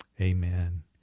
Amen